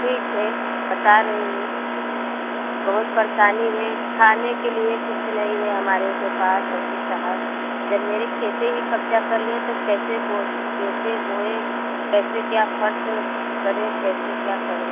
ठीक है बता रही हूँ बहुत परेशानी है खाने के लिए कुछ नही है हमारे के पास वकील साहब जब मेरे खेते ही कब्जा कर लिए हैं तो कैसे जोते बोएँ कैसे क्या फर्स करें कैसे क्या करूँ